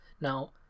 now